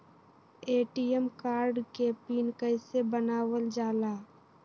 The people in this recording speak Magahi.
ए.टी.एम कार्ड के पिन कैसे बनावल जाला?